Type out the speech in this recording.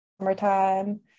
summertime